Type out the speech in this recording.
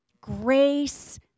Grace